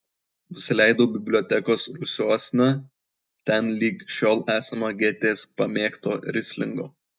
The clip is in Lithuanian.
nusileidau bibliotekos rūsiuosna ten lig šiol esama gėtės pamėgto rislingo